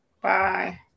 bye